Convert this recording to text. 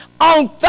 on